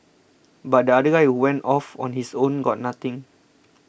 but the other guy who went off on his own got nothing